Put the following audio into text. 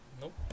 Nope